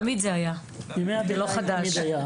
זה לא חדש.